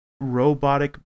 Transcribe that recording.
robotic